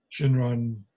Shinran